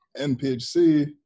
NPHC